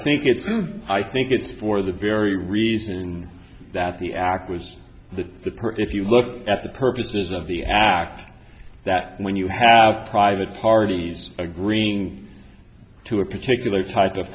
think it's i think it's for the very reason that the act was the per if you look at the purposes of the act that when you have private parties agreeing to a particular type of